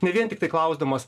ne vien tiktai klausdamas